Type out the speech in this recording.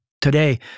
today